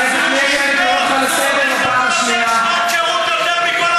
שנות שירות יותר,